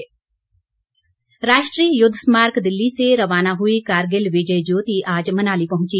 विजय ज्योति राष्ट्रीय युद्ध स्मारक दिल्ली से रवाना हुई कारगिल विजय ज्योति आज मनाली पहुंची